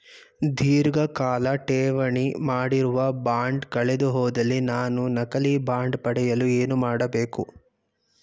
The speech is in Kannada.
ಧೀರ್ಘಕಾಲ ಠೇವಣಿ ಮಾಡಿರುವ ಬಾಂಡ್ ಕಳೆದುಹೋದಲ್ಲಿ ನಾನು ನಕಲಿ ಬಾಂಡ್ ಪಡೆಯಲು ಏನು ಮಾಡಬೇಕು?